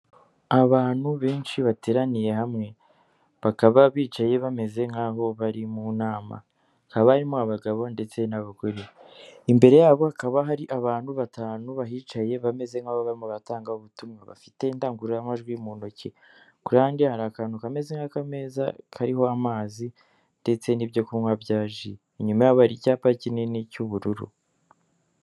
Abantu benshi bateraniye hamwe bakaba bicaye bameze nk'aho bari mu nama hakaba barimo abagabo ndetse n'abagore imbere y'abo hakaba hari abantu batanu bahicaye bameze nk'ababa mu batangabutumwa bafite indangururamajwi mu ntoki ku ruhande hari akantu kameze nk'akameza kariho amazi ndetse n'ibyo kunywa bya ji inyuma yabo hari icyapa kinini cy'ubururu.